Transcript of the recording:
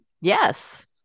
yes